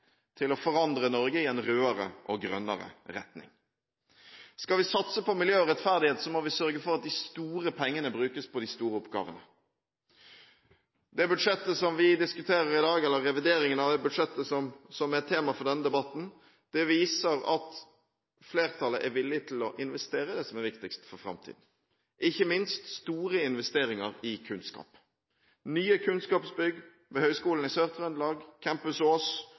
til å forandre Norge i en rødere og grønnere retning. Skal vi satse på miljø og rettferdighet, må vi sørge for at de store pengene brukes på de store oppgavene. Det budsjettet vi diskuterer i dag, eller revideringen av budsjettet, som er tema for denne debatten, viser at flertallet er villig til å investere i det som er viktigst for framtiden. Ikke minst gjelder det store investeringer i kunnskap: nye kunnskapsbygg ved Høgskolen i Sør-Trøndelag, Campus Ås,